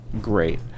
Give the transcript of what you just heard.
great